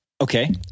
Okay